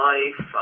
Life